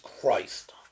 Christ